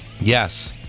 Yes